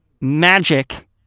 magic